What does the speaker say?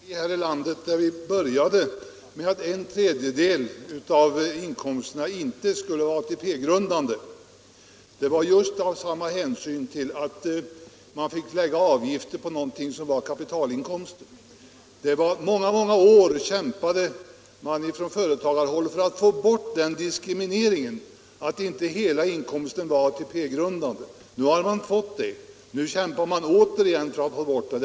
Herr talman! Vi har här i landet haft ett system med ATP där vi började med att en tredjedel av inkomsterna inte skulle vara ATP-grundande. Det var just av hänsyn till att man fick erlägga avgifter för kapitalinkomster. Under många, många år kämpade man från företagarhåll för att få bort den diskrimineringen — att inte hela inkomsten var ATP grundande. Nu har man fått det, och nu kämpar man återigen om detta.